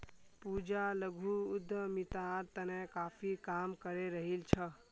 पूजा लघु उद्यमितार तने काफी काम करे रहील् छ